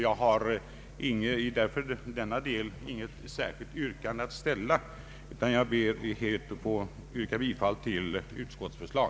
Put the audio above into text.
Jag har därför inget särskilt yrkande att ställa i denna del utan ber, som sagt, att få yrka bifall till utskottets förslag.